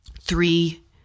three